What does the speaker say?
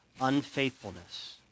unfaithfulness